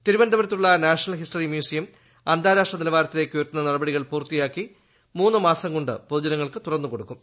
തിരുവനന്തപുരത്തുള്ള national history museum അന്താരാഷ്ട്ര നിലവാരത്തിലേക്ക് ഉയർത്തുന്ന നടപടികൾ പൂർത്തിയാക്കി മൂന്നുമാസം കൊണ്ട് പൊതുജനങ്ങൾക്ക് തുറന്നുകൊടുക്കും